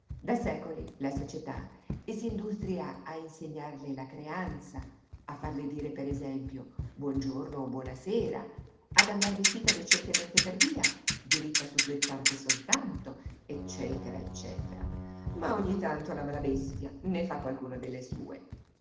da secoli la società s'industria a insegnarle la creanza a farle dire per esempio buon giorno o buona sera ad andar vestita decentemente per via diritta su due zampe soltanto ecc ecc ma ogni tanto la mala bestia ne fa qualcuna delle sue